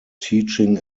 teaching